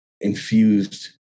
infused